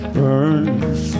burns